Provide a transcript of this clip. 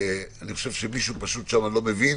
אני חושב שמישהו שם פשוט לא מבין